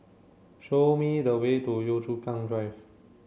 show me the way to Yio Chu Kang Drive